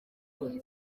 nari